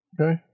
Okay